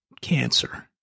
Cancer